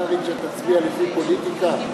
פרלמנטרית שתצביע לפי פוליטיקה?